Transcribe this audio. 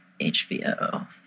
HBO